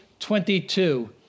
22